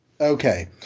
Okay